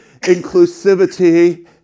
inclusivity